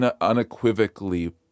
unequivocally